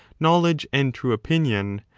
knowledge and true opinion,